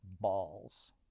Balls